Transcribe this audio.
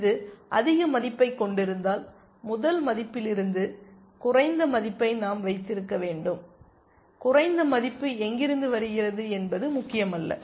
இது அதிக மதிப்பைக் கொண்டிருந்தால் முதல் மதிப்பிலிருந்து குறைந்த மதிப்பை நாம் வைத்திருக்க வேண்டும் குறைந்த மதிப்பு எங்கிருந்து வருகிறது என்பது முக்கியமல்ல